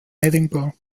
edinburgh